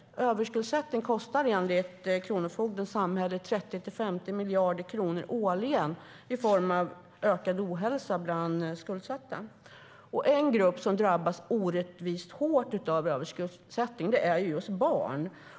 Enligt kronofogden kostar överskuldsättning samhället 30-50 miljarder kronor årligen i form av ökad ohälsa bland skuldsatta. En grupp som drabbas orättvist hårt av överskuldsättning är just barn.